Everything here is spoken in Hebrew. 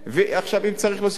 ואם צריך להוסיף,